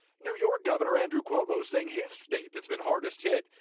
new york governor andrew cuomo saying his state, that's been hardest hit,